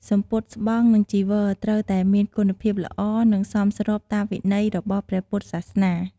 សំពត់ស្បង់ និងចីវរ ត្រូវតែមានគុណភាពល្អ និងសមស្របតាមវិន័យរបស់ព្រះពុទ្ធសាសនា។